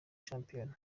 shampiyona